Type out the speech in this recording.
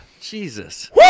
Jesus